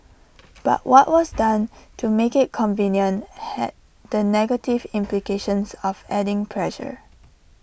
but what was done to make IT convenient had the negative implications of adding pressure